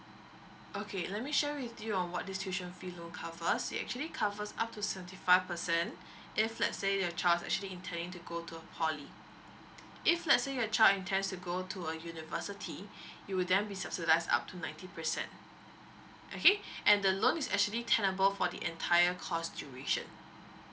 okay let me share with you on what this tuition fee loan covers it actually covers up to seventy five percent if let's say your child is actually intending to go to a poly if let's say your child intends to go to a university you will then be subsidized up to ninety percent okay and the loan is actually tenable for the entire course duration